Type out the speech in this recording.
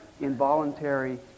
involuntary